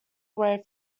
away